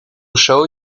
show